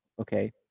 okay